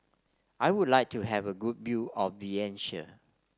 I would like to have a good view of Vientiane